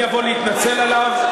אני אבוא להתנצל עליו.